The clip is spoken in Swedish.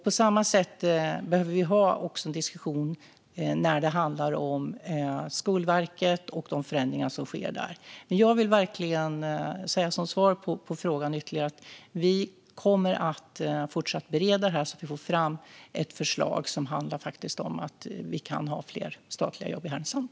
På samma sätt behöver vi också ha en diskussion när det handlar om Skolverket och de förändringar som sker där. Som svar på frågan vill jag dock verkligen framhålla att vi kommer att fortsätta bereda det här, så att vi får fram ett förslag som handlar om att få fler statliga jobb i Härnösand.